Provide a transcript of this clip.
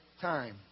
time